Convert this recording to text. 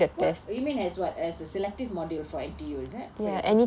what you mean as what as a selective module for N_T_U is it for you cu~